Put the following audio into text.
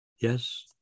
Yes